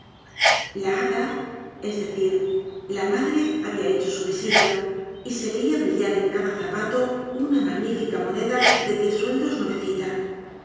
hada es decir la madre habia hecho su visita y se veia brillar en cada zapato una magnífica moneda de diez sueldos nuevecita